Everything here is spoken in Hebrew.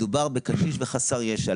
מדובר בקשיש וחסר ישע.